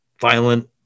violent